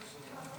שופטי בית המשפט